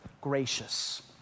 Gracious